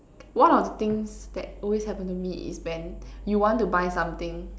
one of the things that always happen to me is when you want to buy something